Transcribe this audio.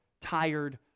tired